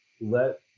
let